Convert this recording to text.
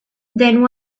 then